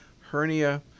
hernia